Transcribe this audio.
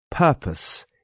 Purpose